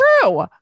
true